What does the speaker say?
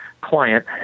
client